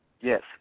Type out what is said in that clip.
Yes